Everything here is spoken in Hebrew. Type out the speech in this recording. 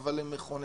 אבל הם מכוננים.